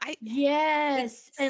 Yes